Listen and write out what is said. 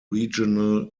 regional